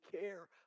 care